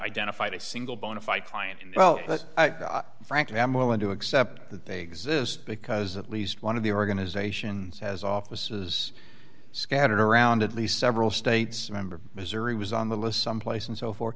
identified a single bona fide client and well but i frankly am willing to accept that they exist because at least one of the organizations has offices scattered around at least several states member of missouri was on the list someplace and so for